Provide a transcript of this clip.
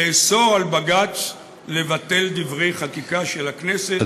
לאסור על בג"ץ לבטל דברי חקיקה של הכנסת,